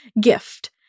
gift